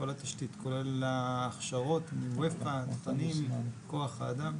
כל התשתית, כולל ההכשרות, מאופ"א --- כוח אדם.